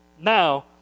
Now